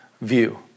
view